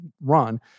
run